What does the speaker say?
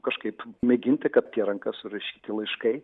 kažkaip mėginti kad tie ranka surašyti laiškai